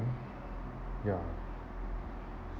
ya